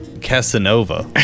Casanova